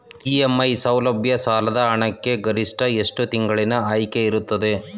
EMI ಸೌಲಭ್ಯ ಸಾಲದ ಹಣಕ್ಕೆ ಗರಿಷ್ಠ ಎಷ್ಟು ತಿಂಗಳಿನ ಆಯ್ಕೆ ಇರುತ್ತದೆ?